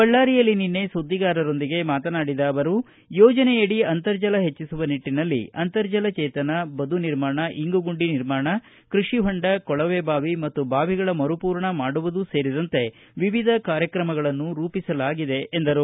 ಬಳ್ಳಾರಿಯಲ್ಲಿ ನಿನ್ನೆ ಸುದ್ದಿಗಾರರೊಂದಿಗೆ ಮಾತನಾಡಿದ ಅವರು ಯೋಜನೆಯಡಿ ಅಂತರ್ಜಲ ಹೆಚ್ಚಿಸುವ ನಿಟ್ಟಿನಲ್ಲಿ ಅಂತರ್ಜಲ ಜೇತನ ಬದು ನಿರ್ಮಾಣ ಇಂಗುಗುಂಡಿ ನಿರ್ಮಾಣ ಕೃಷಿಹೊಂಡ ಕೊಳವೆಬಾವಿ ಮತ್ತು ಬಾವಿಗಳ ಮರುಪೂರಣ ಮಾಡುವುದು ಸೇರಿದಂತೆ ವಿವಿಧ ಕಾರ್ಯಕ್ರಮಗಳನ್ನು ರೂಪಿಸಲಾಗಿದೆ ಎಂದರು